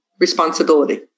responsibility